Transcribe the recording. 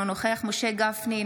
אינה נוכחת משה גפני,